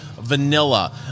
vanilla